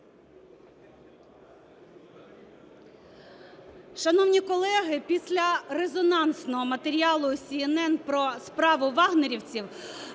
Шановні колеги! Після резонансного матеріалу з CNN про справу "вагнерівців"